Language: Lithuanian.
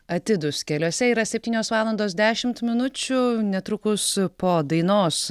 atidūs keliuose yra septynios valandos dešimt minučių netrukus po dainos